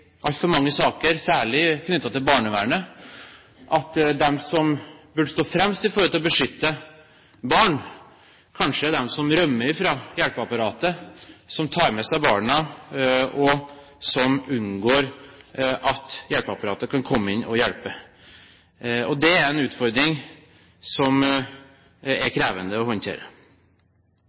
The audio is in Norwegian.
altfor mange saker – særlig knyttet til barnevernet – at de som burde stå fremst når det gjelder å beskytte barn, kanskje er de som rømmer fra hjelpeapparatet, som tar med seg barna, og som unngår det hjelpeapparatet som kan komme inn og hjelpe. Det er en utfordring som er krevende å håndtere.